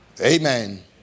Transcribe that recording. Amen